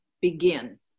begin